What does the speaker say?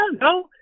no